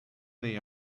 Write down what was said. they